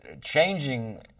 changing